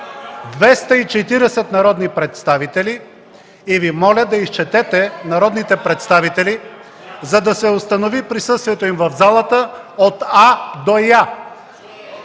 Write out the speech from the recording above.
240 народни представители! (Шум и реплики в ГЕРБ.) Моля Ви да изчетете народните представители, за да се установи присъствието им в залата от А до Я.